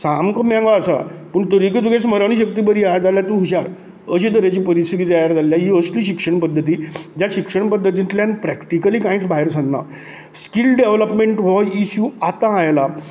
सामको मेंगो आसा पूण तरीक तुजी स्मरण शक्ती बरी आहा जाल्यार तूं हुशार अशी तरेची परिस्थिती तयार जाल्या ही असली शिक्षण पद्दती ज्या शिक्षण पद्दतींतल्यान प्रॅक्टीकली कांयच भायर सरना स्किल डॅवलपमेंट हो इश्यू आतां आयला